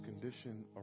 condition